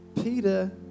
Peter